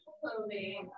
clothing